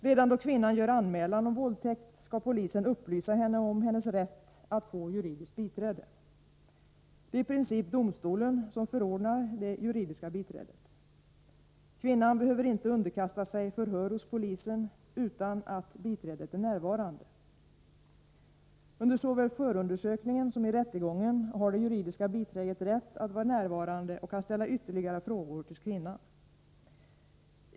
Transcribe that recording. Redan då kvinnan gör anmälan om våldtäkt skall polisen upplysa henne om hennes rätt att få juridiskt biträde. Det är i princip domstolen som förordnar det juridiska biträdet. Kvinnan behöver inte underkasta sig förhör hos polisen utan att biträdet är närvarande. Under såväl förundersökningen som i rättegången har det juridiska biträdet rätt att vara närvarande och kan ställa ytterligare frågor till kvinnan.